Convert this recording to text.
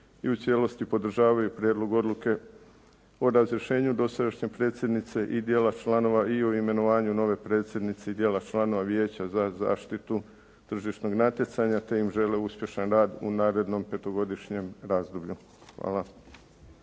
i u cijelosti podržavaju Prijedlog odluke o razrješenju dosadašnje predsjednice i dijela članova i o imenovanju nove predsjednice i dijela članova Vijeća za zaštitu tržišnog natjecanja te im žele uspješan u narednom petogodišnjem razdoblju. Hvala.